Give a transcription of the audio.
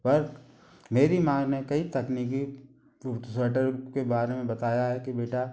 पर मेरी माँ ने कई तकनीकी स्वेटर के बारे में बताया है कि बेटा